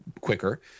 quicker